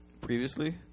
previously